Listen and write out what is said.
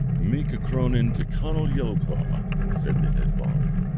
make a cronan to conall yellowclaw said the head bard.